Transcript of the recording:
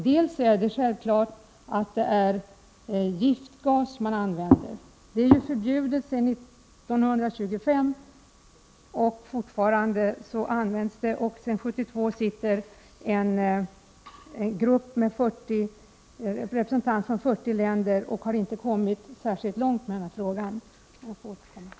Den ena är självfallet att man använder giftgas — det är ju förbjudet sedan 1925. Den andra är att den grupp med representanter från 40 länder som sedan 1972 arbetar med sådana frågor inte har kommit särskilt långt med frågan. Jag får återkomma senare.